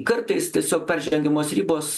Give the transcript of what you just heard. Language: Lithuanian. kartais tiesiog peržengiamos ribos